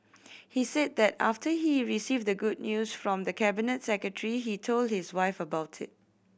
he said that after he received the good news from the Cabinet Secretary he told his wife about it